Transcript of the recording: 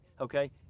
okay